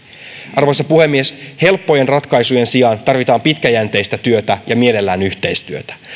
arvoisa puhemies helppojen ratkaisujen sijaan tarvitaan pitkäjänteistä työtä ja mielellään yhteistyötä